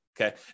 okay